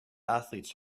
athletes